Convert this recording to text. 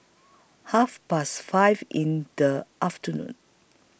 Half Past five in The afternoon